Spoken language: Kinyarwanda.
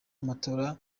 amatora